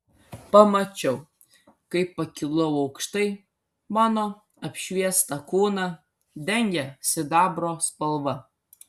pamačiau kaip pakilau aukštai mano apšviestą kūną dengė sidabro spalva